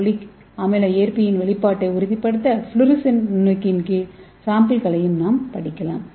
folic அமில ஏற்பியின் வெளிப்பாட்டை உறுதிப்படுத்த ஃப்ளோரசன்ட் நுண்ணோக்கின் கீழ் சாம்பிள்களையும் நாம் படிக்கலாம்